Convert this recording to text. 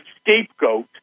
scapegoat